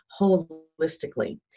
holistically